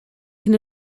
cyn